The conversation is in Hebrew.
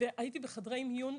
הייתי בחדרי מיון.